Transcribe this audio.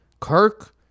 Kirk